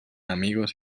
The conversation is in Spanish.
amigos